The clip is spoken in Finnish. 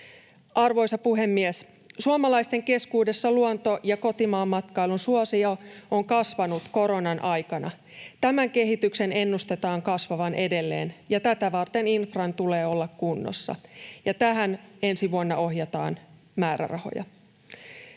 Arvoisa puhemies! Suomalaisten keskuudessa luonto- ja kotimaanmatkailun suosio on kasvanut koronan aikana. Tämän kehityksen ennustetaan kasvavan edelleen, ja tätä varten infran tulee olla kunnossa. Tähän ensi vuonna ohjataan määrärahoja.